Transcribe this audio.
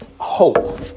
hope